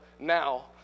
now